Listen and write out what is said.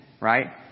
right